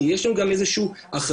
כי יש לנו גם איזה שהיא אחריות,